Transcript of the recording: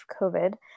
COVID